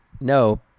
no